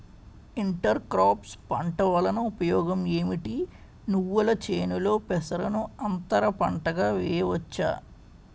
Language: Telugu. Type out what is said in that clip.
ఇంటర్ క్రోఫ్స్ పంట వలన ఉపయోగం ఏమిటి? నువ్వుల చేనులో పెసరను అంతర పంటగా వేయవచ్చా?